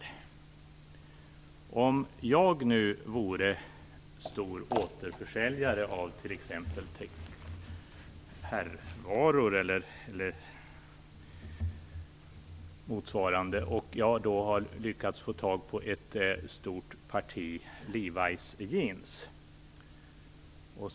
Vi tänker oss att jag är en stor återförsäljare av t.ex. herrkläder eller motsvarande, och att jag har lyckats få tag på ett stort parti Levis-jeans.